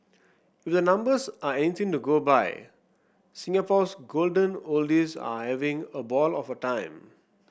if the numbers are anything to go by Singapore's golden oldies are having a ball of a time